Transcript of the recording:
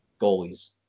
goalies